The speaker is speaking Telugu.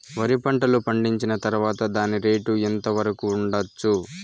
వరి పంటలు పండించిన తర్వాత దాని రేటు ఎంత వరకు ఉండచ్చు